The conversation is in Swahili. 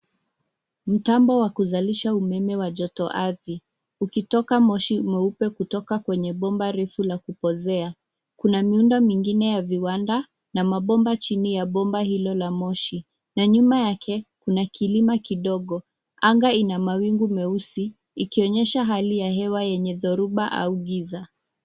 Mtambo wa kuzalisha umeme wa joto-ardhi. Ukitoka moshi mweupe kutoka kwenye bomba refu la kupozea. Kuna miundo mingine ya viwanda, na mabomba chini ya bomba hilo la moshi, na nyuma yake kuna kilima kidogo. Anga ina mawingu meusi, ikionyesha hali ya hewa yenye dhoruba au giza.